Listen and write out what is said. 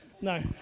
No